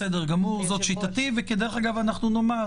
וכדרך אגב נאמר,